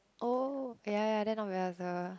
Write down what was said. oh ya ya then not bad also